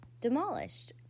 demolished